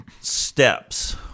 steps